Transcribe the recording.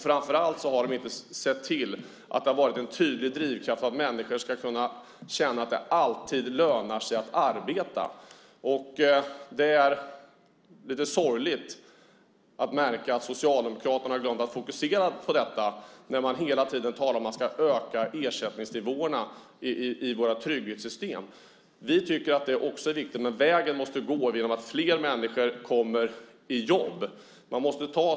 Framför allt har de inte varit en tydlig drivkraft så att människor ska känna att det alltid lönar sig att arbeta. Det är lite sorgligt att Socialdemokraterna har glömt att fokusera på detta när man hela tiden talar om att öka ersättningsnivåerna i våra trygghetssystem. Vi tycker också att det är viktigt, men vägen måste gå via att fler människor kommer i jobb.